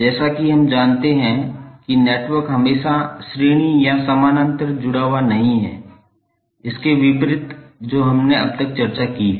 जैसा कि हम जानते हैं कि नेटवर्क हमेशा श्रेणी या समानांतर जुड़ा हुआ नहीं है इसके विपरीत जो हमने अब तक चर्चा की है